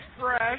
fresh